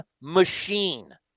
machine